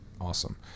awesome